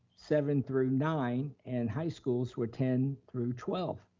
seven through nine, and high schools were ten through twelve.